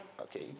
Okay